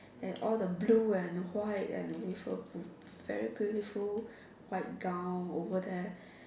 and all the blue and white and with a very beautiful white gown over there